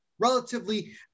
relatively